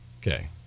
Okay